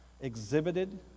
exhibited